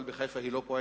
אבל בחיפה היא לא פועלת,